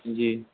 جی